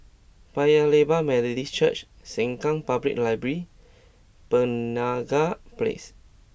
Paya Lebar Methodist Church Sengkang Public Library Penaga Place